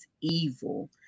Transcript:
evil